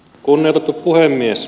kunnioitettu puhemies